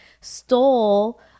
stole